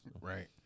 right